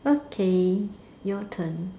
okay your turn